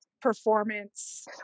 performance